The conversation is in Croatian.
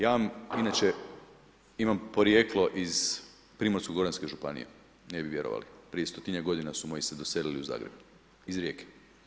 Ja vam inače imam porijeklo iz Primorsko-goranske županije, ne bi vjerovali, prije stotinjak su moji se doselili u Zagreb iz Rijeke.